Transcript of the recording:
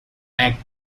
act